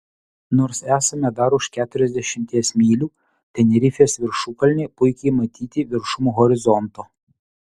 nors esame dar už keturiasdešimties mylių tenerifės viršukalnė puikiai matyti viršum horizonto